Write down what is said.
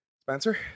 spencer